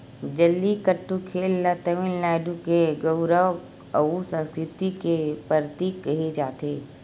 जल्लीकट्टू खेल ल तमिलनाडु के गउरव अउ संस्कृति के परतीक केहे जाथे